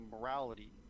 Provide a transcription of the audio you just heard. morality